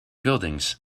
buildings